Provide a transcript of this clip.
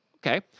Okay